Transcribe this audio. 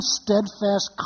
steadfast